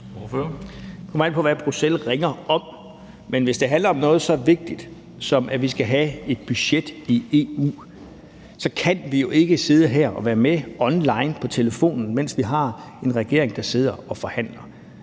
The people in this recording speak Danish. Det kommer an på, hvad Bruxelles ringer om. Men hvis det handler om noget så vigtigt, som at vi skal have et budget i EU, kan vi jo ikke sidde her og være med online på telefonen, mens regeringen sidder og forhandler.